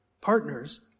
partners